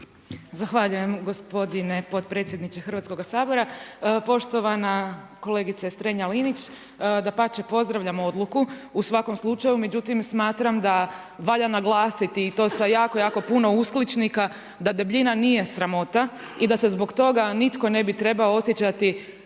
Zahvaljujem gospodine potpredsjedniče Hrvatskoga sabora. Poštovana kolegice Strenja-Linić. Dapače pozdravljam odluku. U svakom slučaju, međutim smatram da valja naglasiti i to sa jako, jako puno uskličnika da debljina nije sramota i da se zbog toga nitko ne bi trebao osjećati